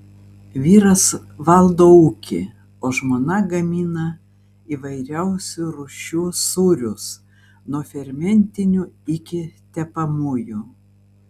vyras valdo ūkį o žmona gamina įvairiausių rūšių sūrius nuo fermentinių iki tepamųjų